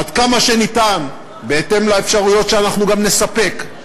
עד כמה שניתן, בהתאם לאפשרויות שאנחנו גם נספק,